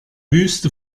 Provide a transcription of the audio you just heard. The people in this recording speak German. wüste